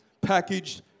packaged